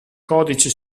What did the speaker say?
codice